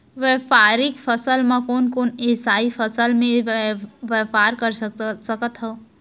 व्यापारिक फसल म कोन कोन एसई फसल से मैं व्यापार कर सकत हो?